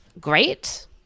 great